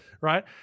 right